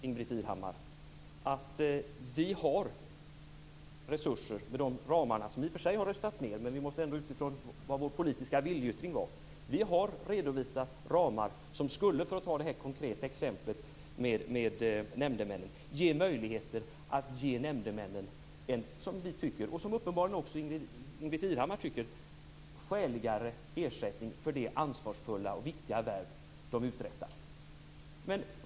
Moderaterna har faktiskt resurser inom de ramar - som i och för sig har röstats ned - som var vår politiska viljeyttring. För att ta det konkreta exemplet med nämndemännen har Moderaterna redovisat ramar som skulle ge möjligheter att ge nämndemännen en som vi, och uppenbarligen också Ingbritt Irhammar, tycker skäligare ersättning för det ansvarsfulla och viktiga värv de uträttar.